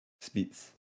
Speeds